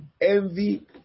envy